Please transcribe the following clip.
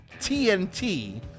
tnt